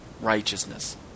righteousness